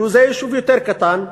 שזה יישוב יותר קטן,